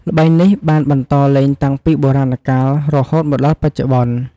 ល្បែងនេះបានបន្តលេងតាំងពីបុរាណកាល រហូតមកដល់បច្ចុប្បន្ន។